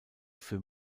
für